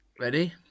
Ready